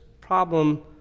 problem